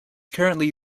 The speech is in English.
currently